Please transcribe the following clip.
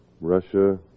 Russia